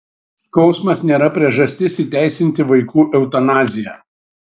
skausmas nėra priežastis įteisinti vaikų eutanaziją